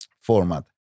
format